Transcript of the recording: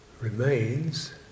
remains